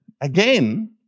again